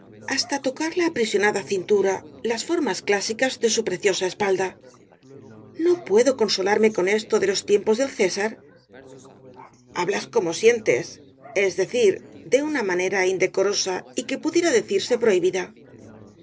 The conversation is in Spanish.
hasta tocar la aprisionada cintura las formas clásicas de su preciosa espalda no puedoconsolarme con esto de los tiempos del césar hablas como sientes es decir de una manera indecorosa y que pudiera decirse prohibida